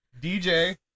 DJ